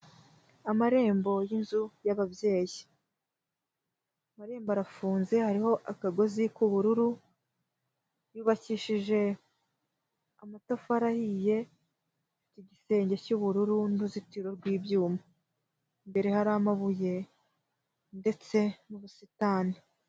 Amarembo y'inzu y'abababyeyi, amarembo arafunze hariho akagozi k'ubururu, yubakishije amatafari ahiye igisenge cy'ubururu n'uruzitiro rw'ibyuma, imbere hari amabuye ndetse n'ubusitani.